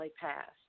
passed